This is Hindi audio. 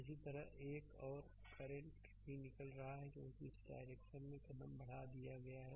इसी तरह एक और करंट भी निकल रहा है क्योंकि इस डायरेक्शन में कदम बढ़ा दिया गया है